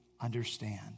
understand